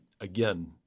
again